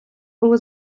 були